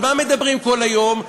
על מה מדברים כל היום?